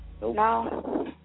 No